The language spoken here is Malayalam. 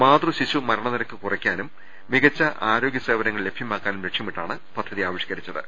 മാതൃ ശിശു മരണനിരക്ക് കുറക്കാനും മികച്ച ആരോഗൃ സേവനങ്ങൾ ലഭൃമാക്കാനും ലക്ഷൃമിട്ടാണ് പദ്ധതി ആവിഷ്ക്കരിച്ചത്